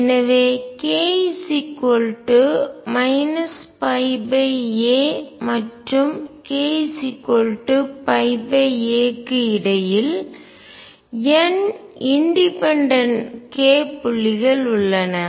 எனவே k a மற்றும் k aக்கு இடையில் n இண்டிபென்டென்ட் k புள்ளிகள் உள்ளன